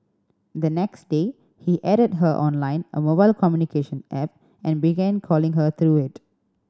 the next day he added her on Line a mobile communication app and began calling her through it